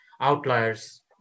outliers